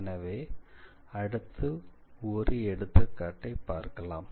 எனவே அடுத்து ஒரு எடுத்துக்காட்டை பார்க்கலாம்